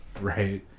Right